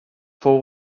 fou